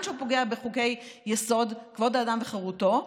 שהוא פוגע בחוק-יסוד: כבוד האדם וחירותו,